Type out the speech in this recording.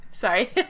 Sorry